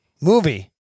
movie